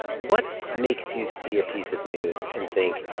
what makes you see a piece of news and think,